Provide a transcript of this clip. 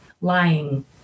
lying